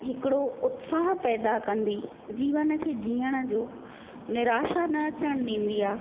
हिकिड़ो उत्साह पैदा कंदी जीवन खे जीअण जो निराशा न अचणु ॾींदी आहे